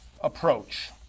approach